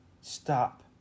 Stop